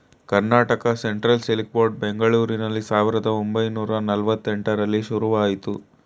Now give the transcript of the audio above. Karnataka central silk board ಬೆಂಗಳೂರಿನಲ್ಲಿ ಸಾವಿರದ ಒಂಬೈನೂರ ನಲ್ವಾತ್ತೆಂಟರಲ್ಲಿ ಶುರುವಾಯಿತು